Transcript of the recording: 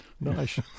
Nice